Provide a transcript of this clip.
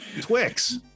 Twix